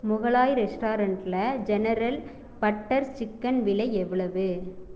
முகலாய் ரெஸ்டாரண்ட்டில் general butter chicken விலை எவ்வளவு